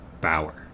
Bauer